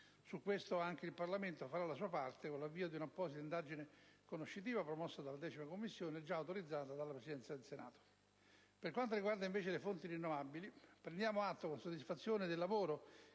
Su questo anche il Parlamento farà la sua parte con l'avvio di un'apposita indagine conoscitiva, promossa dalla 10a Commissione e già autorizzata dalla Presidenza del Senato. Per quanto riguarda invece le fonti rinnovabili, prendiamo atto con soddisfazione del lavoro